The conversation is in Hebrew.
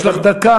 יש לך דקה.